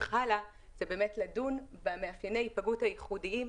הלאה הוא לדון במאפייני ההיפגעות הייחודיים,